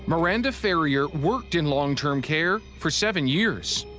miranda ferrier worked in long-term care for seven years.